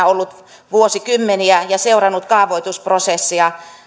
ollut kuntapäättäjänä vuosikymmeniä ja seurannut kaavoitusprosessia